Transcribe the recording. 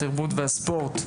התרבות והספורט,